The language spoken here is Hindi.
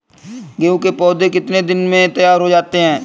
गेहूँ के पौधे कितने दिन में तैयार हो जाते हैं?